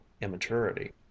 immaturity